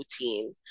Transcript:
routine